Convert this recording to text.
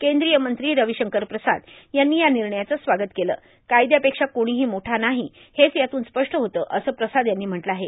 कद्रीय मंत्री र्रावशंकर प्रसाद यांनी या र् निणयाचं स्वागत केलं कायदयापेक्षा कोणीहां मोठा नाहां हेच यातून स्पष्ट होतं असं प्रसाद यांनी म्हटलं आहे